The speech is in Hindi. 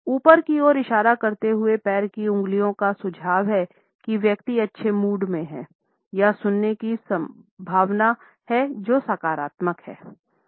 ऊपर की ओर इशारा करते हुए पैर की उंगलियों का सुझाव है कि व्यक्ति अच्छे मूड में है या सुनने की संभावना है जो सकारात्मक है